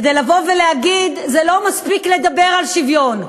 כדי לבוא ולהגיד: לא מספיק לדבר על שוויון,